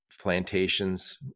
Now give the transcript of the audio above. plantations